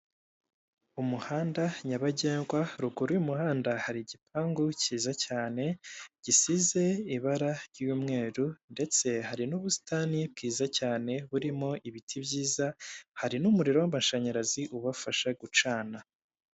Umuhanda nyabagendwa, ruguru y'umuhanda hari igipangu kiza cyane gisize ibara ry'umweru ndetse hari n'ubusitani bwiza cyane burimo ibiti byiza, hari n'umuriro w'amashanyarazi ubafasha gucana.